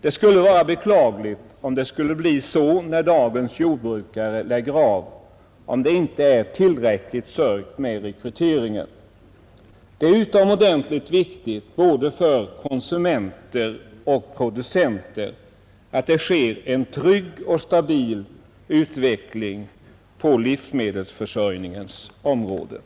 Det skulle vara beklagligt om det inte vore tillräckligt sörjt med rekryteringen när dagens jordbrukare lägger av. Det är utomordentligt viktigt både för Nr 65 konsumenter och för producenter att det sker en trygg och stabil Onsdagen den